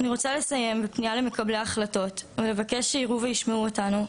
אני רוצה לסיים בפנייה למקבלי ההחלטות ולבקש שיראו וישמעו אותנו,